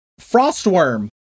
Frostworm